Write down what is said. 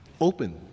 Open